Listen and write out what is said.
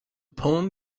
poem